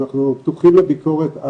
אנחנו פתוחים לביקורת.